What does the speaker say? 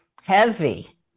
heavy